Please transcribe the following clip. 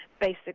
basic